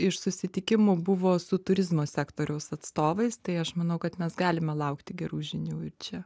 iš susitikimų buvo su turizmo sektoriaus atstovais tai aš manau kad mes galime laukti gerų žinių ir čia